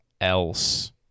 else